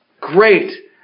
great